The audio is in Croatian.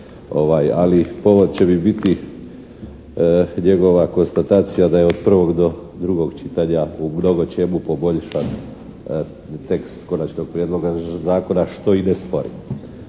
ali povod će mi biti njegova konstatacija da je od prvog do drugog čitanja u mnogočemu poboljšan tekst konačnog prijedloga zakona što i ne sporim,